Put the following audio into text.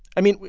i mean,